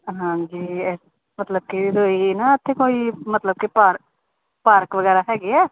ਹਾਂਜੀ ਏ ਮਤਲਬ ਕਿ ਰੋਈ ਨਾ ਉੱਥੇ ਕੋਈ ਮਤਲਬ ਕਿ ਪਾਰ ਪਾਰਕ ਵਗੈਰਾ ਹੈਗੇ ਹੈ